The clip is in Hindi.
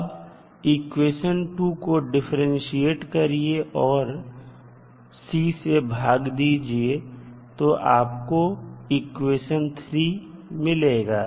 अब इक्वेशन 2 को डिफरेंटशिएट करिए और उसे C से भाग दीजिए तो आपको इक्वेशन 3 मिलेगा